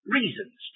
reasons